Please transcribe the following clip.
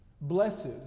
blessed